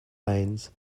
lanes